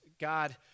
God